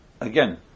again